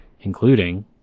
including